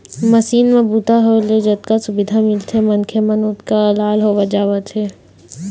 machine म बूता होए ले जतका सुबिधा मिलत हे मनखे मन ओतके अलाल होवत जावत हे